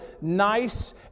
nice